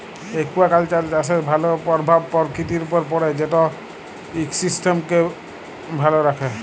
aquaculture চাষের ভালো পরভাব পরকিতির উপরে পড়ে যেট ইকসিস্টেমকে ভালো রাখ্যে